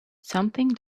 something